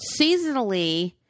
seasonally